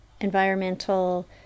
environmental